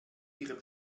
ihrem